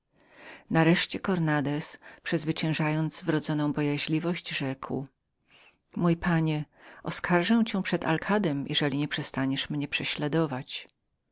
nareszcie cornandez przezwyciężając wrodzoną mu bojaźliwość rzekł mości panie oskarżę wpana przed alkadem jeżeli nie przestaniesz mnie prześladować